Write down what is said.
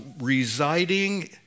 residing